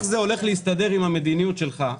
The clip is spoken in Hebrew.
איך זה הולך להסתדר עם המדיניות שלך?